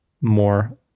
more